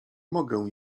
mogę